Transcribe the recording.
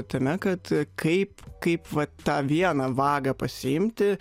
tame kad kaip kaip vat tą vieną vagą pasiimti